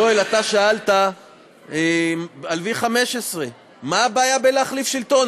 יואל, אתה שאלת על V15: מה הבעיה בלהחליף שלטון?